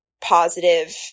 positive